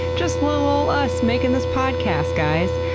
just little ol' us making this podcast, guys!